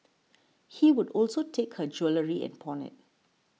he would also take her jewellery and pawn it